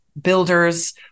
builders